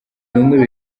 numwe